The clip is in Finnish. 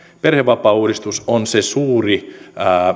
perhevapaauudistus on se suuri